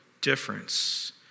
difference